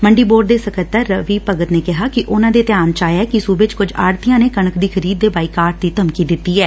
ਮੰਡੀ ਬੋਰਡ ਦੇ ਸਕੱਤਰ ਰਵੀ ਭਗਤ ਨੇ ਕਿਹੈ ਕਿ ਉਨਾਂ ਦੇ ਧਿਆਨ ਵਿਚ ਆਇਐ ਕਿ ਸੁਬੇ ਚ ਕੁਝ ਆੜਤੀਆਂ ਨੇ ਕਣਕ ਦੀ ਖਰੀਦ ਦੇ ਬਾਈਕਾਟ ਦੀ ਧਮਕੀ ਦਿੱਤੀ ਐ